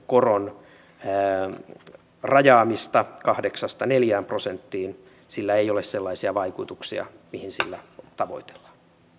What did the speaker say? koron rajaamista kahdeksasta neljään prosenttiin sillä ei ole sellaisia vaikutuksia kuin mitä sillä tavoitellaan